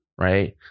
right